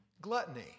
Gluttony